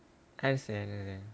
paiseh sangat